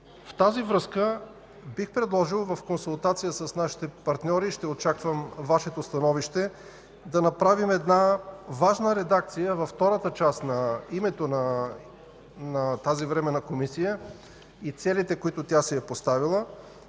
В тази връзка бих предложил в консултация с нашите партньори, ще очаквам Вашето становище, да направим важна редакция във втората част на името на тази Временна комисия и целите, които тя си е поставила.